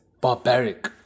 barbaric